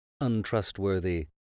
untrustworthy